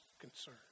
concern